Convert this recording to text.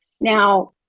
now